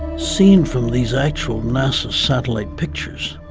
seen from this actual nasa's satellite pictures,